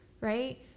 right